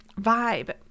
vibe